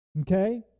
okay